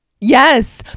Yes